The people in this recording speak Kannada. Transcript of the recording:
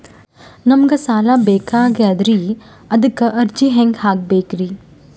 ನಮಗ ಸಾಲ ಬೇಕಾಗ್ಯದ್ರಿ ಅದಕ್ಕ ಅರ್ಜಿ ಹೆಂಗ ಹಾಕಬೇಕ್ರಿ?